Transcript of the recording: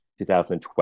2012